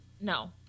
No